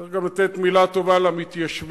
צריך גם לתת מלה טובה למתיישבים,